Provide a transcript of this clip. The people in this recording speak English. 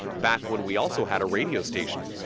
back when we also had a radio station.